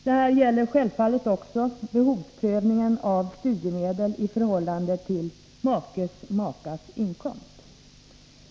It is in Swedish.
Detta gäller självfallet också prövningen av behovet av studiemedel i förhållande till makes eller makas inkomst.